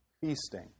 feasting